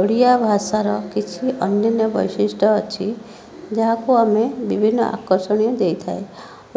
ଓଡ଼ିଆ ଭାଷାର କିଛି ଅନନ୍ୟ ବୈଶିଷ୍ଟ୍ୟ ଅଛି ଯାହାକୁ ଆମେ ବିଭିନ୍ନ ଆକର୍ଷଣୀୟ ଦେଇଥାଏ